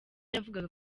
yavugaga